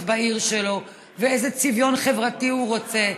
בעיר שלו ואיזה צביון חברתי הוא רוצה.